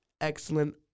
excellent